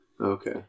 Okay